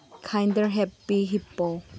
kinder happy hippo